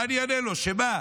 מה אני אענה לו, שמה?